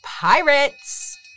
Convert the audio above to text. pirates